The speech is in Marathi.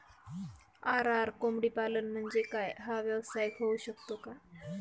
आर.आर कोंबडीपालन म्हणजे काय? हा व्यवसाय होऊ शकतो का?